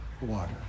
water